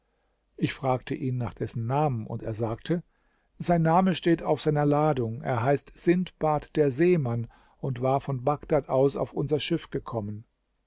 ich fragte ihn nach dessen namen und er sagte sein name steht auf seiner ladung er heißt sindbad der seemann und war von bagdad aus auf unser schiff gekommen